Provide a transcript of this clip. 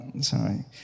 Sorry